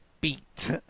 beat